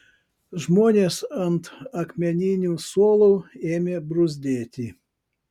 žmonės ant akmeninių suolų ėmė bruzdėti